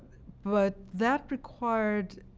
but that required